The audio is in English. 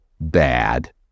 bad